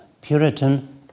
Puritan